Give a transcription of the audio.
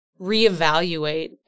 reevaluate